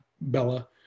Bella